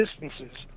distances